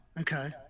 Okay